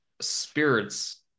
spirits